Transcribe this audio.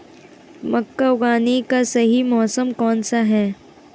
मक्का उगाने का सही मौसम कौनसा है?